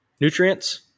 nutrients